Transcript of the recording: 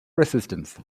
resistance